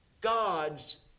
God's